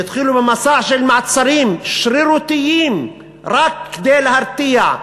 והתחילו במסע של מעצרים שרירותיים רק כדי להרתיע.